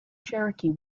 cherokee